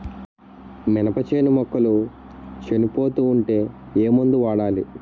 మినప చేను మొక్కలు చనిపోతూ ఉంటే ఏమందు వాడాలి?